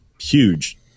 huge